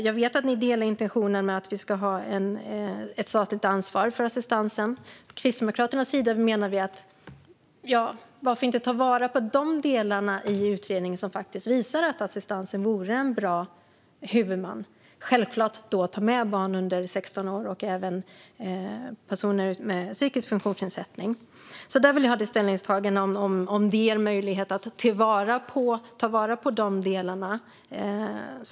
Jag vet att ni delar intentionen att vi ska ha ett statligt ansvar för assistansen. Från Kristdemokraternas sida menar vi att man ska ta vara på de delar i utredningen som visar att det vore en bra huvudman för assistansen. Man ska då självklart ta med barn under 16 år och även personer med psykisk funktionsnedsättning. Där vill jag ha ditt ställningstagande om det finns möjlighet att ta vara på de delarna.